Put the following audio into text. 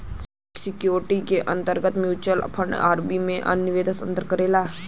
securities के अंतर्गत mutual fund hybrid में में निवेश करेलन